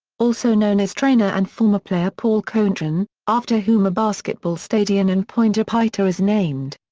also known is trainer and former player paul chonchon, after whom a basketball stadion in pointe-a-pitre is named.